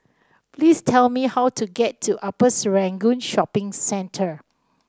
please tell me how to get to Upper Serangoon Shopping Center